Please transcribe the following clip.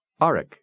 Arik